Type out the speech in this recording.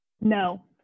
No